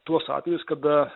tuos atvejus kada